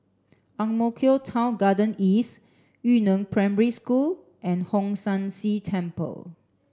Ang Mo Kio Town Garden East Yu Neng Primary School and Hong San See Temple